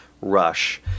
rush